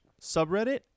Subreddit